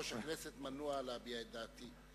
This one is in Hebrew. כיושב-ראש הכנסת מנוע מלהביע את עמדתי.